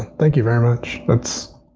thank you very much. that's